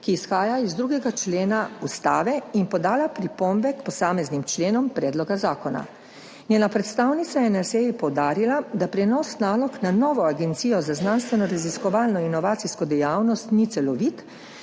ki izhaja iz 2. člena Ustave, in podala pripombe k posameznim členom predloga zakona. Njena predstavnica je na seji poudarila, da prenos nalog na novo agencijo za znanstvenoraziskovalno in inovacijsko dejavnost ni celovit,